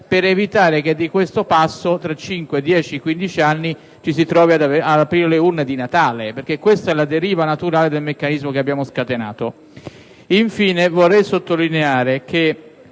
per evitare che di questo passo tra 5, 10, 15 anni ci si trovi ad aprire le urne a Natale, perché questa è la deriva naturale del meccanismo che abbiamo scatenato. Infine, vorrei sottolineare che